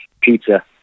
Pizza